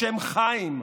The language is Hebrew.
בשם חיים,